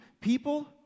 people